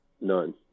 None